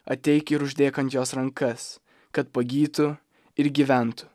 ateik ir uždėk ant jos rankas kad pagytų ir gyventų